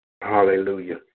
Hallelujah